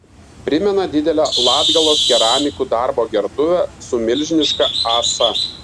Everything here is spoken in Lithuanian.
primena didelę latgalos keramikų darbo gertuvę su milžiniška ąsa